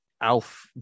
Alf